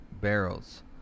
Barrels